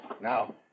Now